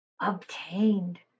obtained